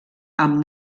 amb